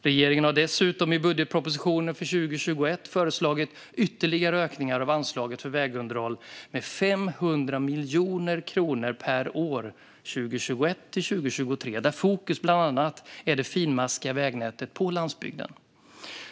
Regeringen har dessutom i budgetpropositionen för 2021 föreslagit ytterligare ökningar av anslaget för vägunderhåll med 500 miljoner kronor per år 2021-2023, där fokus bland annat är det finmaskiga vägnätet på landsbygden.